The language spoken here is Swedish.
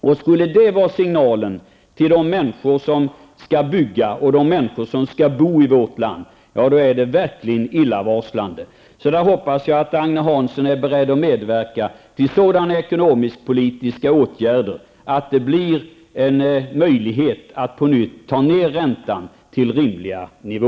Om detta är signalen till de människor som skall bygga och bo i vårt land, är det verkligen illavarslande. Jag hoppas att Agne Hansson är beredd att medverka till sådana ekonomisk-politiska åtgärder att det blir möjligt att på nytt få ned räntan till en rimlig nivå.